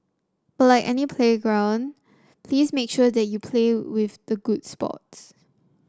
but like any playground please make sure that you play with the good sports